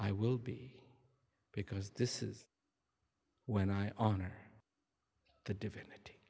i will be because this is when i honor the divinity